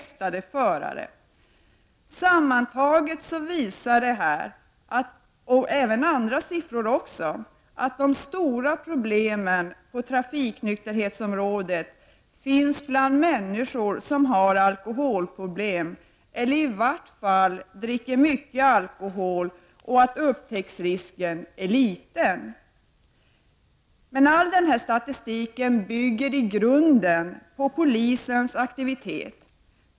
Sammantaget visar dessa och även andra siffror att de stora problemen när det gäller trafiknykterhetsområdet finns bland människor som har alkoholproblem, eller i varje fall dricker mycket alkohol. Siffrorna visar dessutom att upptäcktsrisken är liten. All denna statistik bygger i grunden på polisens aktivitet.